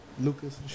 Lucas